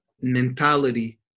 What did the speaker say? mentality